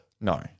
No